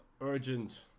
urgent